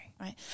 right